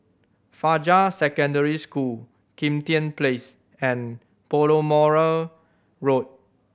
Fajar Secondary School Kim Tian Place and Balmoral Road